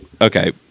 okay